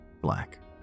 Black